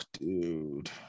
Dude